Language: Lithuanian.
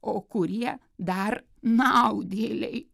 o kurie dar naudėliai